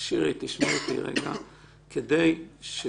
לנו הגדרה כזו